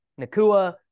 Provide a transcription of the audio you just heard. Nakua